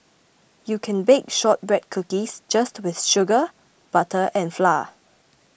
you can bake Shortbread Cookies just with sugar butter and flour